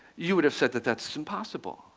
you would have said that that's impossible.